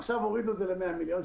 עכשיו הורידו את זה ל-100 מיליון,